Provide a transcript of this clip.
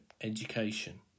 education